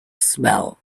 swell